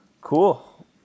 Cool